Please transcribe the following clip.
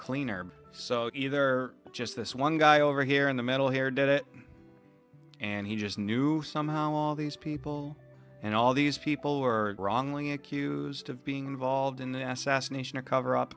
cleaner so either just this one guy over here in the middle here did it and he just knew somehow all these people and all these people were wrongly accused of being involved in the ass ass nation or coverup